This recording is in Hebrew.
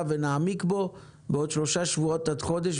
ונעמיק בו בעוד שלושה שבועות עד חודש,